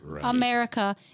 America